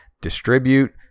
distribute